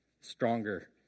stronger